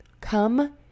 Come